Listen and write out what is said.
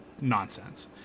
nonsense